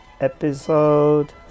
episode